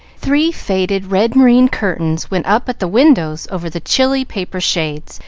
three faded red-moreen curtains went up at the windows over the chilly paper shades,